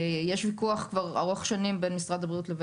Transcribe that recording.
יש ויכוח ארוך שנים בין משרד הבריאות לבין